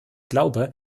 glaube